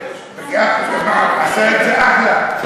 עשה את זה אחלה.